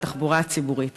לתחבורה הציבורית.